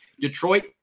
Detroit